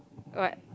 what